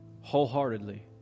wholeheartedly